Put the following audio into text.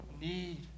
need